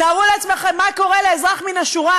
תארו לעצמכם מה קורה לאזרח מן השורה